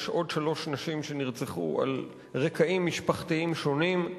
עוד שלוש נשים נרצחו על רקעים משפחתיים שונים.